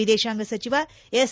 ವಿದೇಶಾಂಗ ಸಚಿವ ಎಸ್